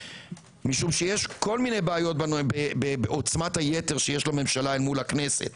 משום שיש כל מיני בעיות בעצמת היתר שיש לממשלה מול הכנסת,